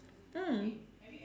mm